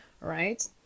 right